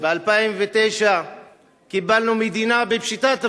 ב-2009 קיבלנו מדינה בפשיטת רגל,